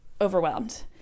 overwhelmed